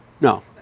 no